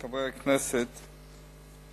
חברי הכנסת,